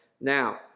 Now